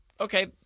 okay—